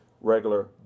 regular